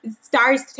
stars